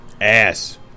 ass